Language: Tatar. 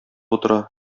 утыра